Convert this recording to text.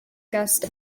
guest